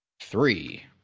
three